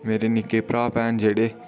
मेरे निक्के भ्रा भैन जेह्ड़े